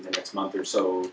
next month or so